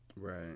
Right